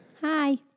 Hi